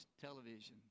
television